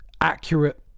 accurate